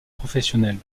professionnelle